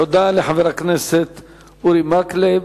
תודה לחבר הכנסת אורי מקלב.